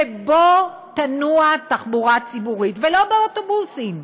שבו תנוע תחבורה ציבורית, ולא באוטובוסים,